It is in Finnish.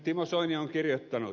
timo soini on kirjoittanut